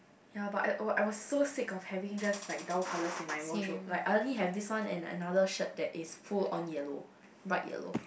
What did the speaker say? ya but I I was so sick of having just like down colour in my wardrobe like I already has this one and another shirt in full on yellow but yellow